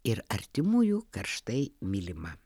ir artimųjų karštai mylima